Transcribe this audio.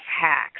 hacks